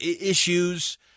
issues